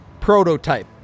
prototype